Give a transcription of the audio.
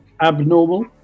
abnormal